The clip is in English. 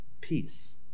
Peace